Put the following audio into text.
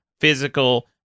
physical